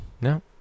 No